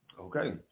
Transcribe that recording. Okay